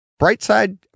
Brightside